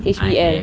H_B_L